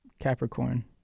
capricorn